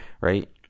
right